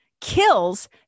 kills